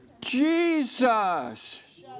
Jesus